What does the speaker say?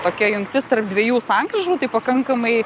tokia jungtis tarp dviejų sankryžų tai pakankamai